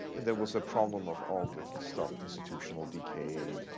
there was a problem of all the stuff-institutional decay,